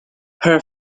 her